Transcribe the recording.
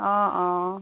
অঁ অঁ